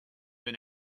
been